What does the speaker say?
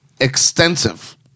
extensive